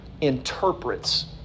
interprets